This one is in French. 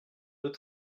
deux